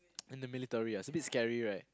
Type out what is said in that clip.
in the military it's a bit scary right